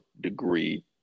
degree